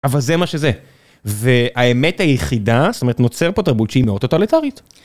אבל זה מה שזה, והאמת היחידה, זאת אומרת, נוצר פה תרבות שהיא מאוד טוטליטרית.